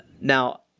now